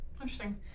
Interesting